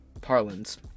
parlance